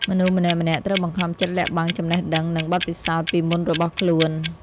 មនុស្សម្នាក់ៗត្រូវបង្ខំចិត្តលាក់បាំងចំណេះដឹង និងបទពិសោធន៍ពីមុនរបស់ខ្លួន។